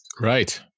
right